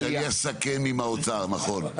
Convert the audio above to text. נכון.